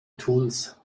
tools